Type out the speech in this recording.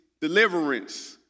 deliverance